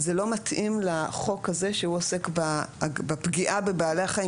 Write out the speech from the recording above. זה לא מתאים לחוק הזה שהוא עוסק בפגיעה בבעלי החיים,